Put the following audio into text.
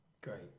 Great